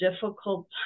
difficult